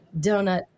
donut